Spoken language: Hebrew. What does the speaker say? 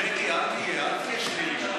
ז'קי, אל תהיה שלילי.